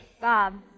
Bob